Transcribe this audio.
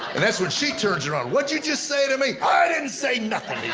and that's when she turns around, what'd you just say to me? i didn't say nothing to you!